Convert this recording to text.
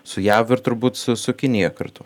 su jav ir turbūt su kinija kartu